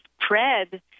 spread